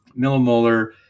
millimolar